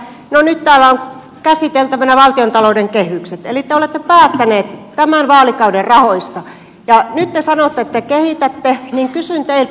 no nyt täällä on käsiteltävänä valtiontalouden kehykset eli te olette päättäneet tämän vaalikauden rahoista ja nyt kun te sanotte että kehitätte niin kysyn teiltä